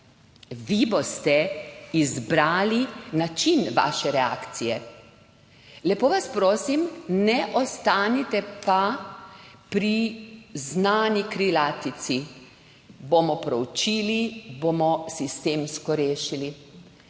Vi boste izbrali način svoje reakcije. Lepo vas prosim, ne ostanite pa pri znani krilatici: bomo proučili, bomo sistemsko rešili.